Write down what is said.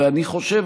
ואני חושב,